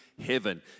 Heaven